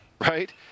Right